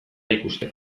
ikusten